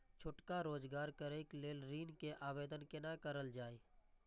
छोटका रोजगार करैक लेल ऋण के आवेदन केना करल जाय?